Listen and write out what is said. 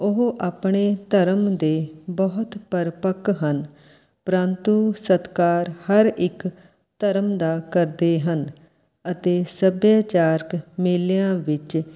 ਉਹ ਆਪਣੇ ਧਰਮ ਦੇ ਬਹੁਤ ਪਰਪੱਕ ਹਨ ਪ੍ਰੰਤੂ ਸਤਿਕਾਰ ਹਰ ਇੱਕ ਧਰਮ ਦਾ ਕਰਦੇ ਹਨ ਅਤੇ ਸੱਭਿਆਚਾਰਕ ਮੇਲਿਆਂ ਵਿੱਚ